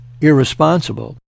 irresponsible